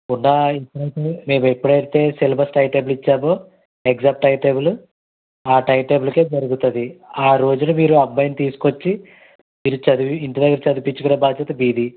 ఉన్న రేపు ఎప్పుడైతే సిలబస్ టైమ్టేబుల్ ఇచ్చానో ఎగ్జామ్ టైమ్టేబులు ఆ టైమ్టేబులకే జరుగుతుంది ఆ రోజున మీరు అబ్బాయిని తీసుకొచ్చి చదివి ఇంటిదగ్గర చదివించుకునే బాధ్యత మీది